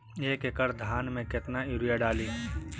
एक एकड़ धान मे कतना यूरिया डाली?